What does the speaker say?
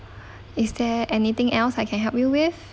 is there anything else I can help you with